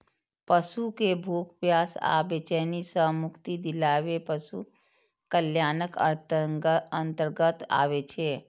पशु कें भूख, प्यास आ बेचैनी सं मुक्ति दियाएब पशु कल्याणक अंतर्गत आबै छै